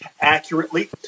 accurately